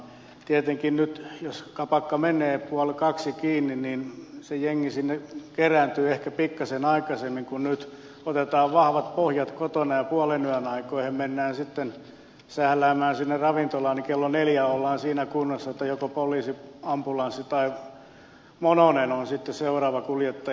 tietenkin jos kapakka menee puoli kahdelta kiinni niin se jengi sinne kerääntyy ehkä pikkasen aikaisemmin kuin nyt kun otetaan vahvat pohjat kotona ja puolenyön aikoihin mennään sähläämään sinne ravintolaan ja kello neljä ollaan siinä kunnossa että joko poliisi ambulanssi tai mononen on sitten seuraava kuljettaja eteenpäin